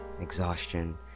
exhaustion